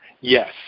Yes